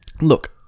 Look